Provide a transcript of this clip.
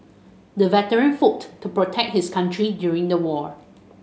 the veteran fought to protect his country during the war